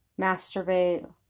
masturbate